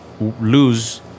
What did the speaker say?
lose